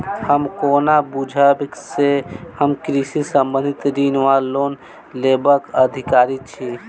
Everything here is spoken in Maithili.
हम कोना बुझबै जे हम कृषि संबंधित ऋण वा लोन लेबाक अधिकारी छी?